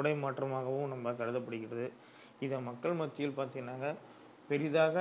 உடை மாற்றமாகவும் நம்ம கருதப்படுகிறது இதை மக்கள் மத்தியில் பார்த்தீங்கன்னாக்கா பெரிதாக